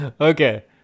Okay